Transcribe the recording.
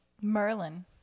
Merlin